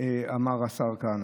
שאמר השר כהנא.